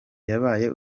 yabaye